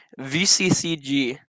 VCCG